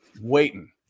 waiting